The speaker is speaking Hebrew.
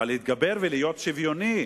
אבל להתגבר ולהיות שוויוני,